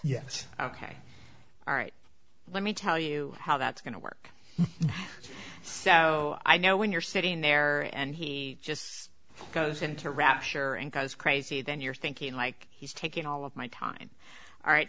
yes ok all right let me tell you how that's going to work so i know when you're sitting there and he just goes into rapture and goes crazy then you're thinking like he's taking all of my time all right